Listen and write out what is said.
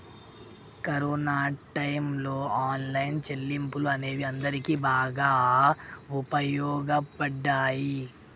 corona టైయ్యంలో online చెల్లింపులు అనేవి అందరికీ బాగా వుపయోగపడ్డయ్యి